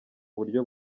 buryo